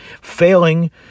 Failing